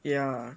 ya